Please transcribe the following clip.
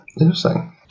Interesting